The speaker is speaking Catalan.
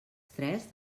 tres